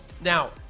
Now